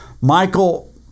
Michael